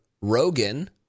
Rogan